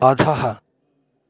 अधः